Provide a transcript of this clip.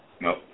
No